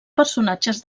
personatges